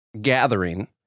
gathering